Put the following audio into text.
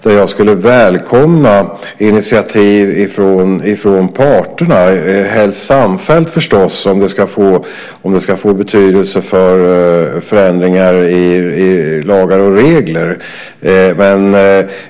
Där skulle jag välkomna initiativ från parterna, helst samfällt förstås om det ska få betydelse för förändringar i lagar och regler.